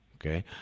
Okay